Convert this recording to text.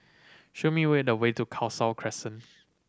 show me way the way to Khalsa Crescent